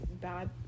bad